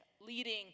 leading